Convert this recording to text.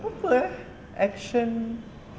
apa eh action